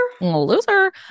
Loser